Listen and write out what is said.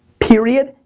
period,